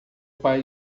pai